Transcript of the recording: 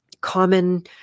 common